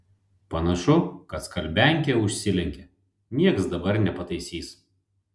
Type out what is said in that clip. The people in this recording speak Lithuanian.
panašu kad skalbiankė užsilenkė nieks dabar nepataisys